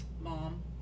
Mom